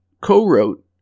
co-wrote